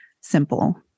simple